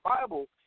Bible